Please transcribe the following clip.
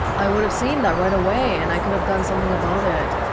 i would've seen that right away and i could've done something about it